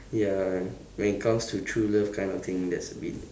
ya when it comes to true love kind of thing that's a bit